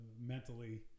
mentally